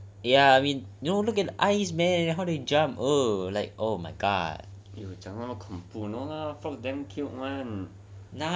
ya I mean you know look at the eyes man you know how they jump like oh my god